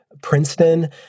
Princeton